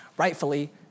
rightfully